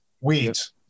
weeds